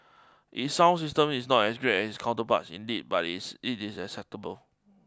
its sound system is not as great as its counterparts indeed but is it is acceptable